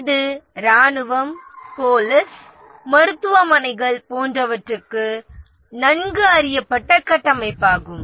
இது இராணுவம் பொலிஸ் மருத்துவமனைகள் போன்றவற்றுக்கு நன்கு அறியப்பட்ட கட்டமைப்பாகும்